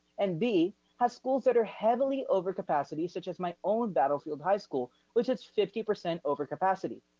and b has schools that are heavily over capacity, such as my own battlefield high school, which has fifty percent over capacity.